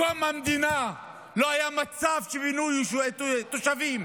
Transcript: מקום המדינה לא היה מצב שפינו תושבים.